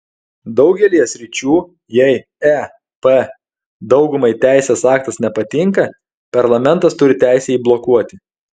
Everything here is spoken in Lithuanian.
daugelyje sričių jei ep daugumai teisės aktas nepatinka parlamentas turi teisę jį blokuoti